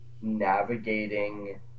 navigating